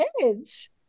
kids